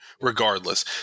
regardless